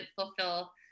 fulfill